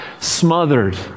smothered